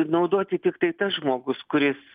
naudoti tiktai tas žmogus kuris